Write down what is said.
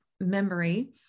memory